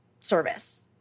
service